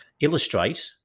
illustrate